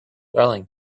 darling